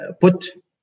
put